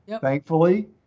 Thankfully